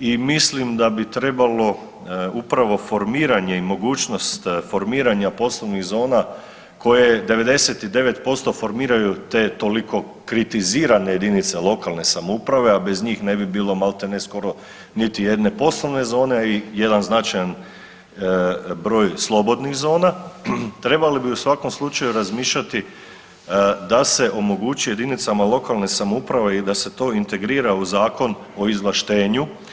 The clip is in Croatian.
i mislim da bi trebalo upravo formiranje i mogućnost formiranja poslovnih zona koje 99% formiraju te toliko kritizirane jedinice lokalne samouprave, a bez njih ne bi bilo maltene skoro niti jedne poslovne zone, a i jedan značajan broj slobodnih zona trebali bi u svakom slučaju razmišljati da se omogućuje jedinicama lokalne samouprave i da se to integrira u Zakon o izvlaštenju.